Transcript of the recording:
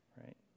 Right